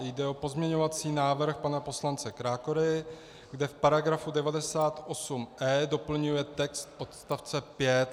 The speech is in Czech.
Jde o pozměňovací návrh pana poslance Krákory, kde v § 98e doplňuje text odstavce 5.